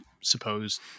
suppose